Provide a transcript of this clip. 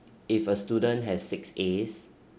if a student has six A's